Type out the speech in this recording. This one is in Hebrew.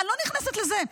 אני לא נכנסת לזה.